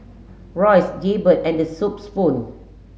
Royce Jaybird and The Soup Spoon